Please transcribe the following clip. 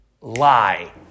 lie